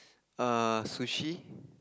err sushi